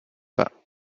pas